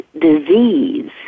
disease